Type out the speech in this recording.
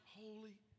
holy